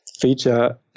feature